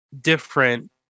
different